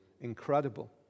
incredible